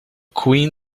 queen